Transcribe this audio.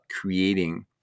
creating